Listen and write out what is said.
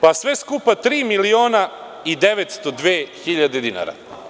Pa, sve skupa tri miliona i 902 hiljade dinara.